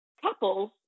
couples